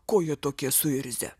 ko jie tokie suirzę